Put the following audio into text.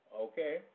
Okay